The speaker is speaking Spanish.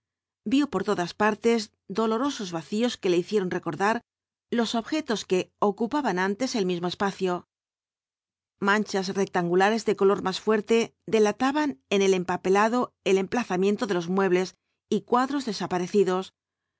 vio por todas partes dolorosos vacíos que le hicieron recordar los objetos que los cuatro jinetes dhl apocalipsis ocupaban antes el mismo espacio manchas rectangulares de color más fuerte delataban en el empapelado el emplazamiento de los muebles y cuadros desaparecidos